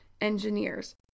Engineers